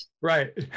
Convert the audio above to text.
Right